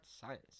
science